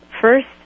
first